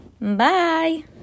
bye